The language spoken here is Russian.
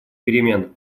перемен